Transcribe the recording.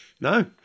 No